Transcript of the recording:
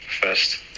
first